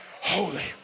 holy